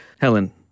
Helen